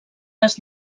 les